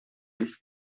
nicht